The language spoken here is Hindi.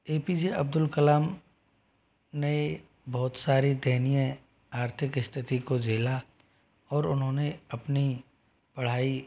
ए पी जे अब्दुल कलाम ने बहुत सारे दयनीय आर्थिक स्थिति को झेला और उन्होंने अपनी पढ़ाई